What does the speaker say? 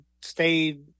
stayed